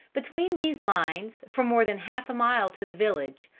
between these lines, for more than half a mile to the village,